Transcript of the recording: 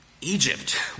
Egypt